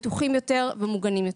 בטוחים יותר ומוגנים יותר.